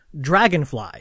Dragonfly